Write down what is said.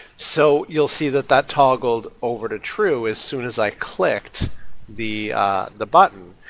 so, you'll see that that toggled over to true as soon as i clicked the the button.